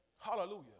Hallelujah